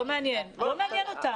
לא, לא מעניין אותם.